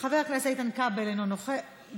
מוותר, חבר הכנסת איתן כבל, מוותר,